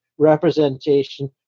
representation